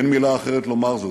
אין מילה אחרת לומר זאת,